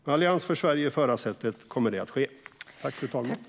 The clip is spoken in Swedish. Med Alternativ för Sverige i förarsätet kommer detta att ske.